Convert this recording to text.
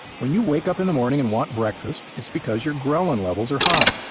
when you wake up in the morning and want breakfast, it's because your ghrelin levels are high.